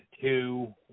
two